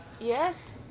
Yes